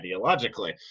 ideologically